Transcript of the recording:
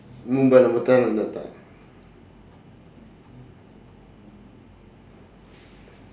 mm be~ betul betul